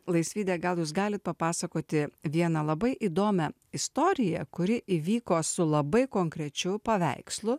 laisvyde gal jūs galit papasakoti vieną labai įdomią istoriją kuri įvyko su labai konkrečiu paveikslu